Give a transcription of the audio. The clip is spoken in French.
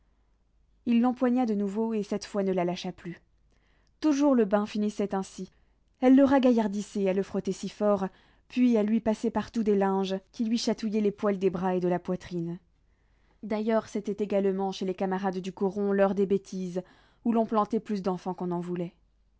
il l'empoigna de nouveau et cette fois ne la lâcha plus toujours le bain finissait ainsi elle le ragaillardissait à le frotter si fort puis à lui passer partout des linges qui lui chatouillaient les poils des bras et de la poitrine d'ailleurs c'était également chez les camarades du coron l'heure des bêtises où l'on plantait plus d'enfants qu'on n'en voulait